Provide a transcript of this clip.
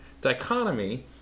dichotomy